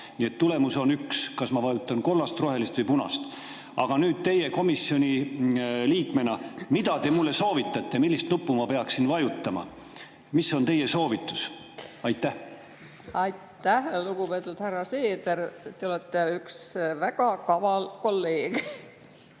tulemus on üks, ükskõik, kas ma vajutan kollast, rohelist või punast nuppu? Aga mida teie komisjoni liikmena mulle soovitate, millist nuppu ma peaksin vajutama? Mis on teie soovitus? Aitäh, lugupeetud härra Seeder! Te olete üks väga kaval kolleeg.